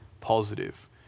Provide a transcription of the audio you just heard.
positive